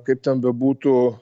kaip ten bebūtų